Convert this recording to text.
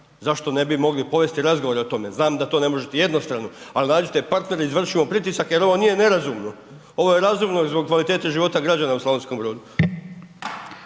Zašto ne bi mogli povesti razgovore o tome? Znam da to ne možete jednostavno, al nađite partnere, izvršit ćemo pritisak jer ovo nije nerazumno, ovo je razumno i zbog kvalitete života građana u Slavonskom Brodu.